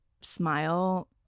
smile